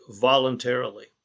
voluntarily